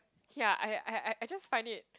yeah I I I just find it